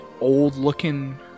old-looking